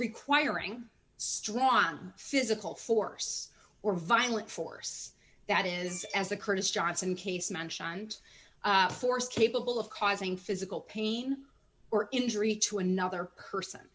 requiring straw on physical force or violent force that is as the curtis johnson case mentioned force capable of causing physical pain or injury to another person